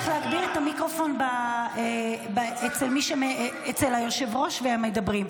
-- באמת צריך להגביר את המיקרופון אצל היושב-ראש והמדברים.